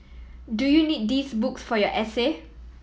do you need these books for your essay